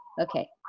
Okay